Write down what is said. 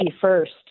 first